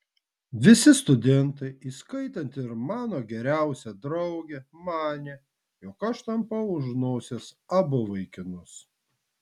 visi studentai įskaitant ir mano geriausią draugę manė jog aš tampau už nosies abu vaikinus